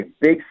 big